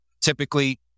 Typically